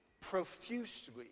profusely